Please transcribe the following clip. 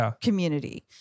community